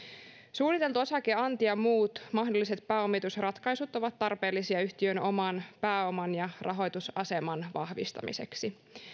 suunniteltu osakeanti ja muut mahdolliset pääomitusratkaisut ovat tarpeellisia yhtiön oman pääoman ja rahoitusaseman vahvistamiseksi finnair